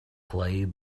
play